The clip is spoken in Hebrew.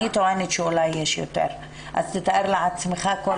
אני טוענת שאולי יש יותר אז תתאר לעצמך מה חושבת